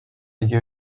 you